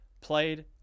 played